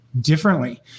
differently